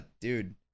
dude